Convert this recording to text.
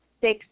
six